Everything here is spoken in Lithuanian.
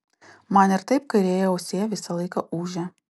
man ir taip kairėje ausyje visą laiką ūžia